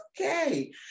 okay